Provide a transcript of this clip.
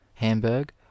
Hamburg